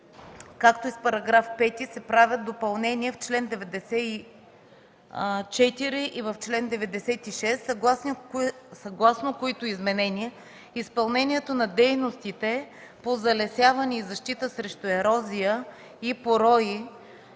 С § 4 и § 5 се правят допълнения в чл. 94 и чл. 96, съгласно които изменения изпълнението на дейностите по залесяване и защита срещу ерозия и порои